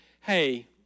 hey